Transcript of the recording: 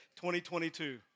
2022